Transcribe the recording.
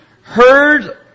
heard